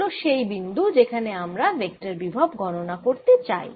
r হল সেই বিন্দু যেখানে আমরা ভেক্টর বিভব গণনা করতে চাই